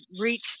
reach